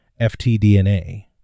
FTDNA